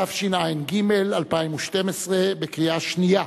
התשע"ג 2012, בקריאה שנייה,